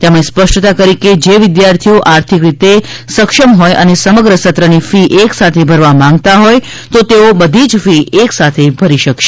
તેમણે સ્પષ્ટતા કરી હતી કે જે વિદ્યાર્થીઓ આર્થિક રીતે સક્ષમ હોય અને સમગ્ર સત્રની ફી એક સાથે ભરવા માગતા હોય તો તેઓ બધી જ ફી એક સાથે ભરી શકશે